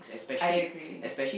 I agree